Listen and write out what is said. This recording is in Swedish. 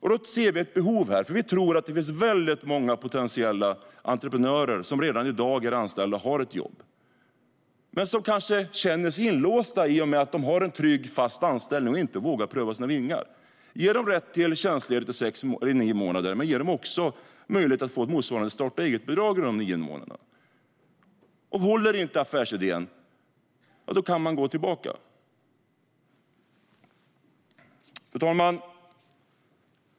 Vi ser ett behov här, för vi tror att det finns många potentiella entreprenörer som i dag är anställda men som kanske känner sig inlåsta i och med att de har en trygg, fast anställning och därför inte vågar pröva sina vingar. Ge dem rätt till tjänstledighet i nio månader, och ge dem också möjlighet att få ett motsvarande starta-eget-bidrag under de nio månaderna! Håller inte affärsidén kan man gå tillbaka till sitt arbete. Fru talman!